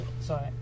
Sorry